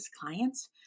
clients